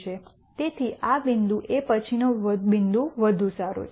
તેથી આ બિંદુ એ પછીનો બિંદુ વધુ સારો છે